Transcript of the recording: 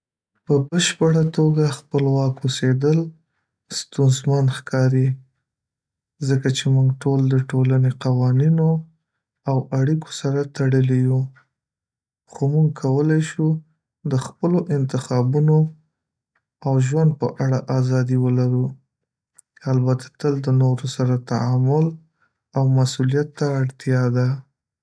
په بشپړه توګه خپلواک اوسیدل مشکل دي، ځکه چې موږ ټول د ټولنې قوانینو او اړیکو سره تړلي یو، خو موږ کولی شو د خپلو انتخابونو او ژوند په اړه ازادي ولرو، البته تل د نورو سره تعامل او مسوولیت ته اړتیا ده.